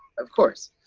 of course.